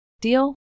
Deal